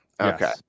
Okay